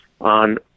on